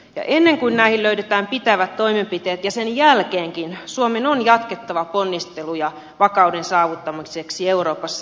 ja ennen kuin näihin löydetään pitävät toimenpiteet ja sen jälkeenkin suomen on jatkettava ponnisteluja vakauden saavuttamiseksi euroopassa